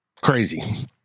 crazy